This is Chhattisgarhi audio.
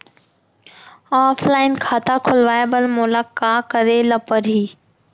ऑफलाइन खाता खोलवाय बर मोला का करे ल परही?